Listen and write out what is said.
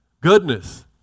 goodness